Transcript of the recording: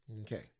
Okay